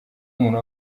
umuntu